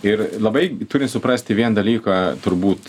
ir labai turi suprasti vien dalyką turbūt